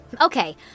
Okay